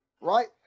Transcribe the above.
right